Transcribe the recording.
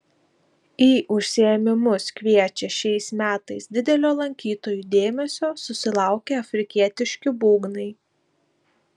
į užsiėmimus kviečia šiais metais didelio lankytojų dėmesio susilaukę afrikietiški būgnai